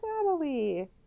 Natalie